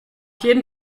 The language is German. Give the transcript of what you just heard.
jeden